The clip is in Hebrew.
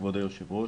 כבוד היושב ראש,